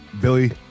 billy